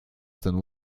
ten